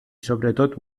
sobretot